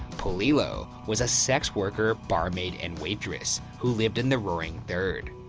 polillo was a sex worker, barmaid, and waitress, who lived in the roaring third.